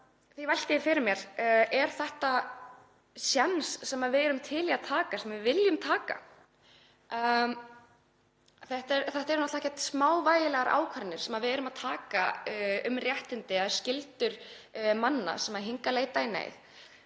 Því velti ég fyrir mér: Er þetta séns sem við erum til í að taka, sem við viljum taka? Þetta eru náttúrlega engar smávægilegar ákvarðanir sem við erum að taka um réttindi eða skyldur manna sem hingað leita í neyð.